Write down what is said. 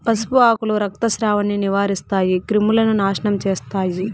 పసుపు ఆకులు రక్తస్రావాన్ని నివారిస్తాయి, క్రిములను నాశనం చేస్తాయి